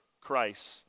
Christ